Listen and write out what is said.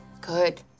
good